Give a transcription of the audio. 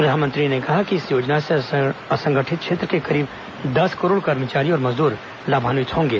प्रधानमंत्री ने कहा कि इस योजना से असंगठित क्षेत्र के करीब दस करोड़ कर्मचारी और मजदूर लाभान्वित होंगे